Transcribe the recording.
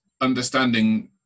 understanding